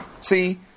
See